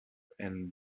and